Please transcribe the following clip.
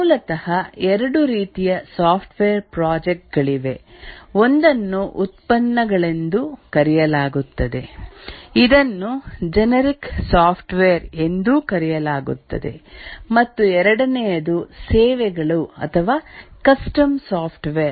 ಮೂಲತಃ ಎರಡು ರೀತಿಯ ಸಾಫ್ಟ್ವೇರ್ ಪ್ರಾಜೆಕ್ಟ್ ಗಳಿವೆ ಒಂದನ್ನು ಉತ್ಪನ್ನಗಳೆಂದು ಕರೆಯಲಾಗುತ್ತದೆ ಇದನ್ನು ಜೆನೆರಿಕ್ ಸಾಫ್ಟ್ವೇರ್ ಎಂದೂ ಕರೆಯಲಾಗುತ್ತದೆ ಮತ್ತು ಎರಡನೆಯದು ಸೇವೆಗಳು ಅಥವಾ ಕಸ್ಟಮ್ ಸಾಫ್ಟ್ವೇರ್